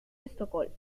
estocolmo